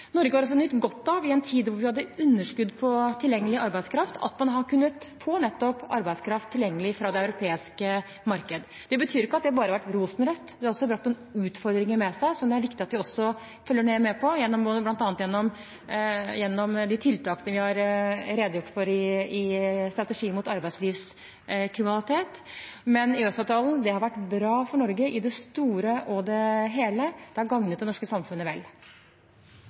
Norge har også, i en tid hvor vi hadde underskudd på tilgjengelig arbeidskraft, nytt godt av at man nettopp har kunnet få tilgjengelig arbeidskraft fra det europeiske markedet. Det betyr ikke at det bare har vært rosenrødt. Det har også brakt noen utfordringer med seg, som det er viktig at vi følger nøye med på, bl.a. gjennom de tiltakene vi har redegjort for i Strategi mot arbeidslivskriminalitet. Men EØS-avtalen har vært bra for Norge i det store og det hele. Den har gagnet det norske samfunnet vel.